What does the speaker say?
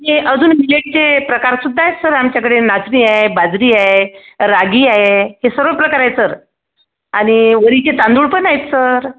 आणि अजून मिलेटचे प्रकार सुद्धा आहेत सर आमच्याकडे नाचणी आहे बाजरी आहे रागी आहे हे सर्व प्रकार आहे सर आणि वरीचे तांदूळ पण आहेत सर